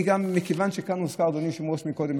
מכיוון שכאן הוזכרה קודם,